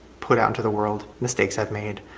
put out into the world, mistakes i've made,